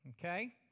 okay